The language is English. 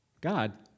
God